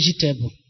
vegetable